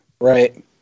Right